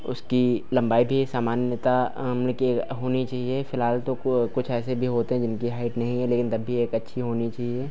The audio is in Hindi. उसकी लंबाई भी सामान्यता हाँ मतलब कि एक होनी चाहिए फ़िलहाल तो को कुछ ऐसे भी होते हैं जिनकी हाइट नहीं है लेकिन तब भी एक अच्छी होनी चाहिए